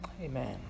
Amen